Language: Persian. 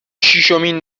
شیشمین